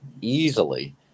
easily